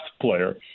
player